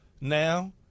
now